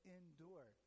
endure